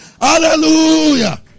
Hallelujah